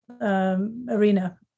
Arena